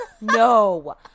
no